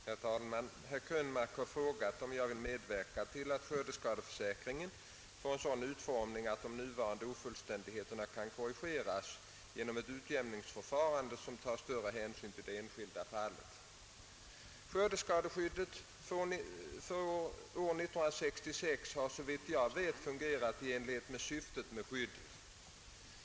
Herr talman! Herr Krönmark har frågat om jag vill medverka till att skördeskadeförsäkringen får en sådan utformning att de nuvarande ofullständigheterna kan korrigeras genom ett utjämningsförfarande, som tar större hänsyn till det enskilda fallet. Skördeskadeskyddet för år 1966 har såvitt jag vet fungerat i enlighet med syftet med skyddet.